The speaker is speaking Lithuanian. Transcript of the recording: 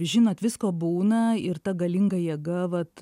žinot visko būna ir ta galinga jėga vat